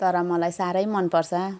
तर मलाई साह्रै मन पर्छ